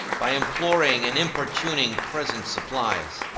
by imploring and importuning present supplies.